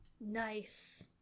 nice